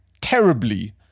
terribly